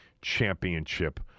championship